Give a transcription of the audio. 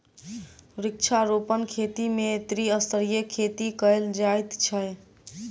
वृक्षारोपण खेती मे त्रिस्तरीय खेती कयल जाइत छै